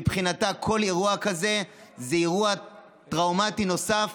ומבחינתה כל אירוע כזה זה אירוע טראומטי נוסף,